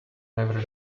never